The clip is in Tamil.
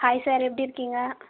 ஹாய் சார் எப்படி இருக்கீங்க